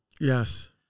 Yes